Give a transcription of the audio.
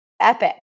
Epic